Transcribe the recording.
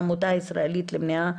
מהעמותה הישראלית למניעה,